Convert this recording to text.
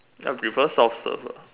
I prefer soft serve lah